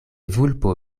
vulpo